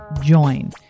join